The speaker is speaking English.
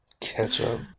Ketchup